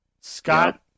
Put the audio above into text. Scott